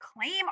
claim